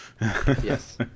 Yes